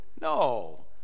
No